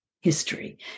history